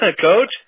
coach